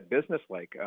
business-like